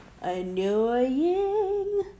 annoying